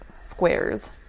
squares